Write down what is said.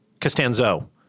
Costanzo